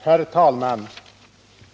Herr talman!